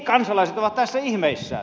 kansalaiset ovat tässä ihmeissään